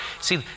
See